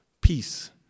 peace